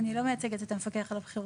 אני לא מייצגת את המפקח על הבחירות,